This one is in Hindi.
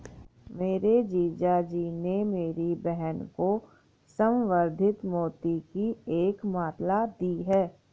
मेरे जीजा जी ने मेरी बहन को संवर्धित मोती की एक माला दी है